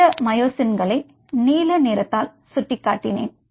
இந்த மயோசின்கள் நீல நிறத்தால் சுட்டிக்காட்டினேன்